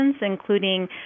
including